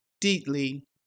deeply